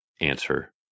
Answer